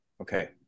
Okay